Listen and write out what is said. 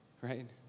right